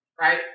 Right